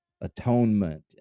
atonement